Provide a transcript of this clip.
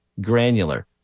granular